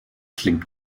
klingt